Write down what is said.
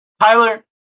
Tyler